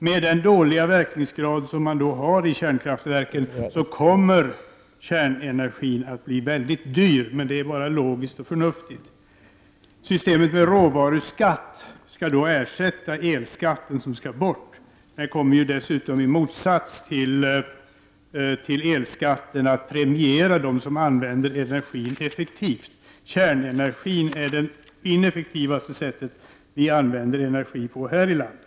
Med den dåliga verkningsgrad som man har i kärnkraftverken kommer kärnkraftsenergin att bli mycket dyr. Men det är bara logiskt och förnuftigt. Systemet med råvaruskatt skall då ersätta elskatten som skall bort. Till skillnad från vad som gällt vid elskatteuttag kommer de som utnyttjar energin effektivt att premieras. Att använda kärnkraftsenergi är det mest ineffektiva sättet att använda energi här i landet.